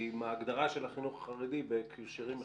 כי הייתי בוועדות כנסת שנאבקו מאוד בהגדרה של חינוך חרדי בהקשרים אחרים.